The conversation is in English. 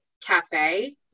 cafe